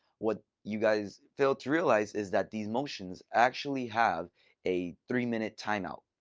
what you guys fail to realize is that these motions actually have a three minute timeout.